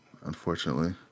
unfortunately